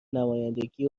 نمایندگی